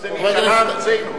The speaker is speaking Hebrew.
לא, לא, היא נשארה ארצנו.